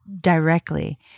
directly